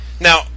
Now